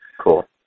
Cool